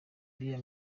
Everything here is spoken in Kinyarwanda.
uriya